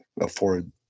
afford